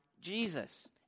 Jesus